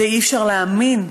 אי-אפשר להאמין.